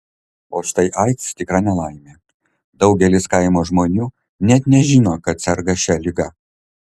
o štai aids tikra nelaimė daugelis kaimo žmonių net nežino kad serga šia liga